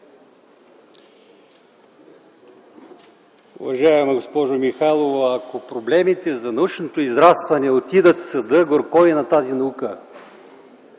Уважаема госпожо Михайлова, ако проблемите за научното израстване отидат в съда, горко й на тази наука.